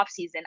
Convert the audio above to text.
offseason